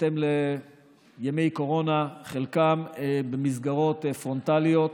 בהתאם לימי קורונה, חלקם במסגרות פרונטליות.